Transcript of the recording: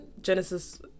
genesis